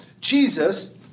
Jesus